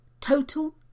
total